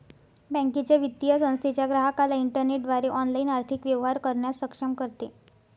बँकेच्या, वित्तीय संस्थेच्या ग्राहकाला इंटरनेटद्वारे ऑनलाइन आर्थिक व्यवहार करण्यास सक्षम करते